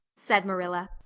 said marilla.